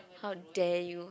how dare you